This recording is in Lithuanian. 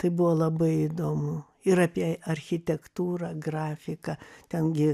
tai buvo labai įdomu ir apie architektūrą grafiką ten gi